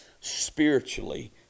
spiritually